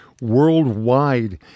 worldwide